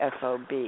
FOB